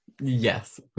Yes